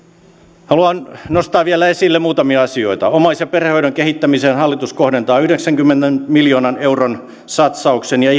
prosentin tavoitteen saavuttamiseksi haluan nostaa esille vielä muutamia asioita omais ja perhehoidon kehittämiseen hallitus kohdentaa yhdeksänkymmenen miljoonan euron satsauksen ja